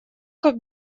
как